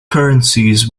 currencies